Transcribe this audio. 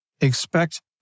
expect